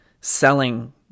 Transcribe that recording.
selling